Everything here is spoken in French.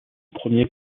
premier